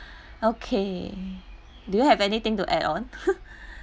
okay do you have anything to add on